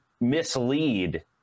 mislead